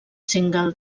single